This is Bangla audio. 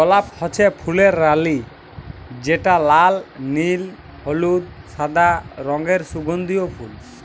গলাপ হচ্যে ফুলের রালি যেটা লাল, নীল, হলুদ, সাদা রঙের সুগন্ধিও ফুল